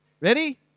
Ready